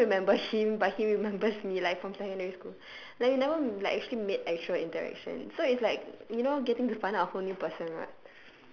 I don't remember him but he remembers me like from secondary school like you never like actually made actual interaction so it's like you know getting to find out a whole new person lah